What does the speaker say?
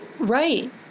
Right